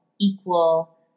equal